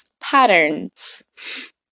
patterns